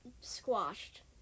squashed